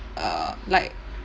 err like